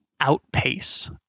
outpace